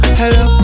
hello